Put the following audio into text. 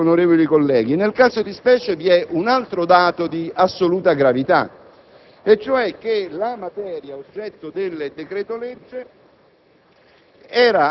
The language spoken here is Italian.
signor Presidente, onorevoli colleghi, vi è un altro dato di assoluta gravità, cioè che la materia oggetto del decreto-legge